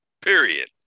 period